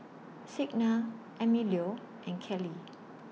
Signa Emilio and Kelli